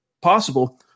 possible